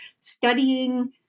studying